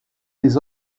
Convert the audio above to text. des